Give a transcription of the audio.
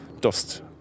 dust